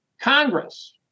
Congress